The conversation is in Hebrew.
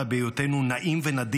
בהיותנו נעים ונדים,